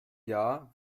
jahr